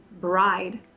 bride